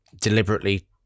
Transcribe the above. deliberately